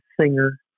singer